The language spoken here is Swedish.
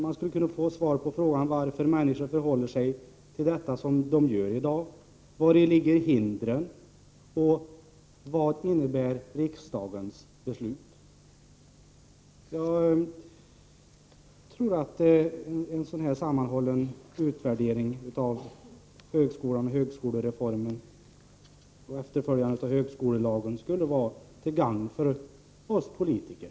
Man skulle också kunna få svar på frågan om varför människor förhåller sig till denna som de gör i dag. Man kunde fråga: Vari ligger hindren? Vad innebär riksdagens beslut? Jag tror att en sådan sammanhållen utvärdering av högskolereformen och av högskolelagens efterlevnad skulle vara till gagn för oss politiker.